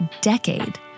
decade